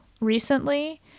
recently